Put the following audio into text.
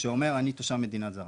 שאומר אני תושב מדינה זרה.